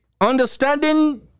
understanding